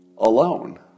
alone